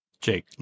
Jake